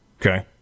Okay